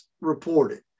reported